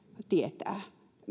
tietää